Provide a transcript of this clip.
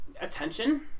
attention